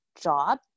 job